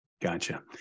Gotcha